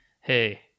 hey